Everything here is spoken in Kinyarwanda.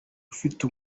ufite